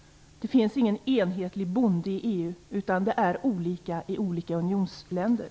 Det finns ingen enhetlig bonde i EU, utan det är olika i olika unionsländer.